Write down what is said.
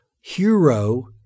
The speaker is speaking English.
hero